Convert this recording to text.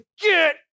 get